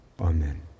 Amen